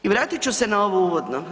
I vratit ću se na ovo uvodno.